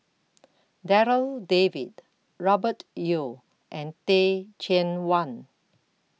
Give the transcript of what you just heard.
Darryl David Robert Yeo and Teh Cheang Wan